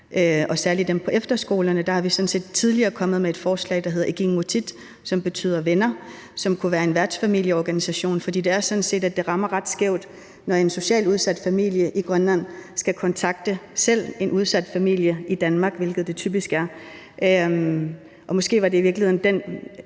og særlig dem på efterskolerne er vi sådan set tidligere kommet med et forslag, der hedder ikinngutit, som betyder venner. Venner kunne være en værtsfamilieorganisation, for det er sådan, at det rammer skævt, når en socialt udsat familie i Grønland selv skal kontakte en udsat familie i Danmark, hvilket det typisk er. Måske er det i virkeligheden